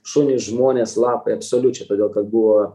šunys žmonės lapai absoliučiai todėl kad buvo